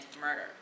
murder